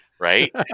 Right